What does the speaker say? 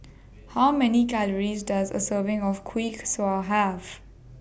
How Many Calories Does A Serving of Kuih Kaswi Have